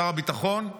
שר הביטחון,